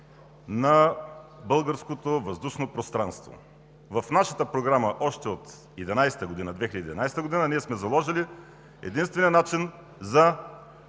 на българското въздушно пространство. В нашата програма още от 2011 г. ние сме заложили единствения начин за